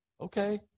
Okay